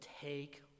take